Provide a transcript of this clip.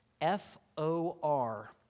F-O-R